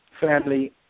family